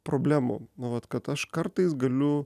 problemų na vat kad aš kartais galiu